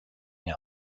else